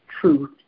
truth